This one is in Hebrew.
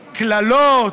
קללות,